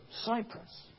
Cyprus